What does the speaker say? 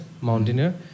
mountaineer